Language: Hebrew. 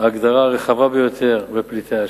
ההגדרה הרחבה ביותר לפליטי השואה.